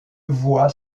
voie